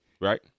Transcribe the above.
Right